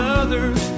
others